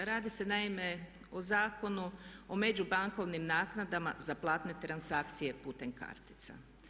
Radi se naime o Zakonu o među bankovnim naknadama za platne transakcije putem kartica.